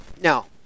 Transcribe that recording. Now